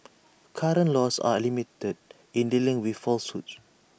current laws are limited in dealing with falsehoods